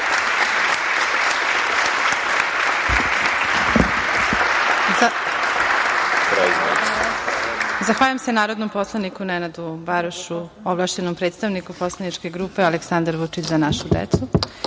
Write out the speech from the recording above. Zahvaljujem se narodnom poslaniku Nenadu Barašu, ovlašćenom predstavniku poslaničke grupe "Aleksandar Vučić - Za našu decu".Da